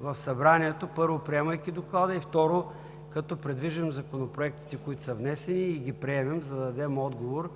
в Събранието, първо, приемайки Доклада и, второ, като придвижим законопроектите, които са внесени, и ги приемем, за да дадем отговор